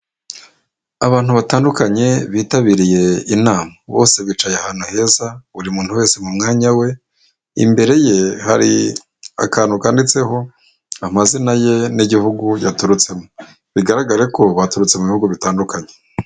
Abantu batandukanye bitabiriye inama, bose bicaye ahantu heza buri muntu wese mu mwanya we, imbere ye hari akantu kandiditseho amazina ye n'igihugu yaturutsemo, bigaragare ko baturutse mu bihugu bitandukanye.